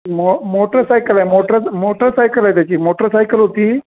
मो मोटरसायकल आहे मोटर आहे त्याची मोटरसायकल होती